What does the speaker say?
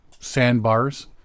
sandbars